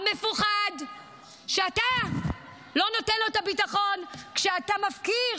עם מפוחד שאתה לא נותן לו את הביטחון כשאתה מפקיר,